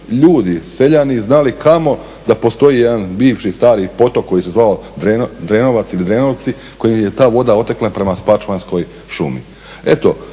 ljudi, seljani znali kamo da postoji jedan bivši stari potok koje se zvao Drenovac ili Drenovci, kojim je ta voda otekla prema Spačvanskoj šumi. Eto,